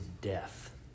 death